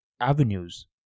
avenues